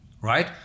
right